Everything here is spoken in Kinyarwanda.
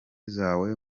zawe